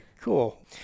Cool